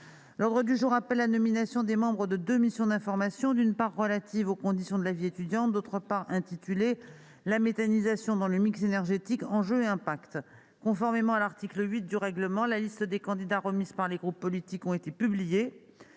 L'ordre du jour appelle la nomination des membres de deux missions d'information : l'une relative aux conditions de la vie étudiante en France ; l'autre intitulée :« La méthanisation dans le mix énergétique : enjeux et impacts. » Conformément à l'article 8 de notre règlement, les listes des candidats remises par les groupes politiques ont été publiées.